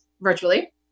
virtually